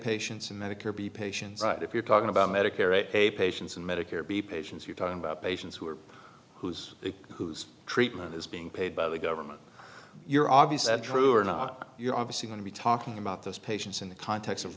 patients and medicare b patients if you're talking about medicare patients and medicare be patients you're talking about patients who are whose whose treatment is being paid by the government you're obvious that true or not you're obviously going to be talking about those patients in the context of